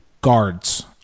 guards